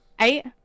Eight